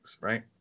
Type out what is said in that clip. right